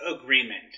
agreement